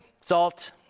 salt